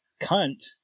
cunt